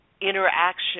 interaction